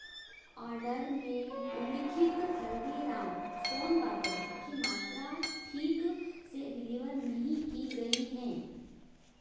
order में उल्लिखित हल्दीराम सोनपापड़ी की मात्रा ठीक से डिलीवर नहीं की गई हैं